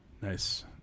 nice